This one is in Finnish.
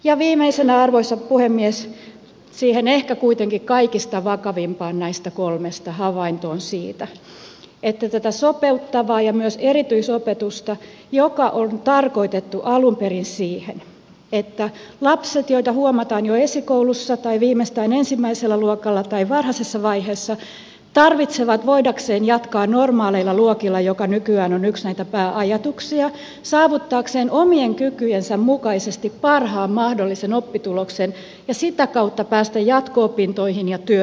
ja viimeisenä arvoisa puhemies siihen ehkä kuitenkin kaikista vakavimpaan näistä kolmesta havaintoon sopeuttavasta ja myös erityisopetuksesta joka on tarkoitettu alun perin siihen että lapset huomataan jo esikoulussa tai viimeistään ensimmäisellä luokalla tai varhaisessa vaiheessa jotta he voivat jatkaa normaaleilla luokilla mikä nykyään on yksi näitä pääajatuksia saavuttaakseen omien kykyjensä mukaisesti parhaan mahdollisen oppituloksen ja sitä kautta päästäkseen jatko opintoihin ja työelämään